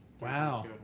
Wow